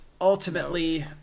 ultimately